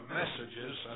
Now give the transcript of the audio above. messages